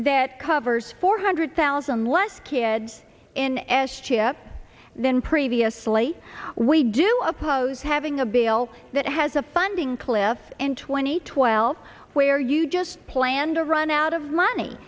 that covers four hundred thousand less kids in s chip than previously we do oppose having a bill that has a funding cliff and twenty twelve where you just planned to run out of money